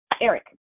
Eric